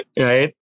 right